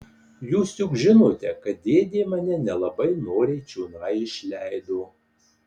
jūs juk žinote kad dėdė mane nelabai noriai čionai išleido